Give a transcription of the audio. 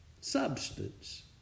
substance